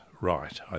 right